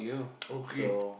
okay